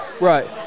Right